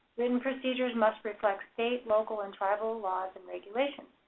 written procedures must reflect state, local, and tribal laws and regulations.